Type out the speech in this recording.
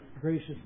gracious